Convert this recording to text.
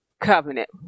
covenant